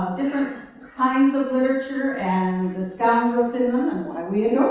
kinds of literature and the scoundrels in them and why we